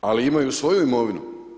Ali, imaju svoju imovinu.